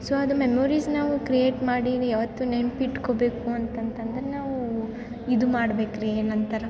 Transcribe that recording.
so ಅದು memories ನಾವು create ಮಾಡಿವಿ ಯಾವತ್ತು ನೆನಪಿಟ್ಕೋಬೇಕು ಅಂತಂತಂದ್ರೆ ನಾವು ಇದು ಮಾಡಬೇಕ್ರಿ ಏನಂತಾರೆ